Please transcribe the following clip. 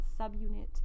subunit